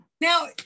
Now